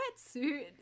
wetsuit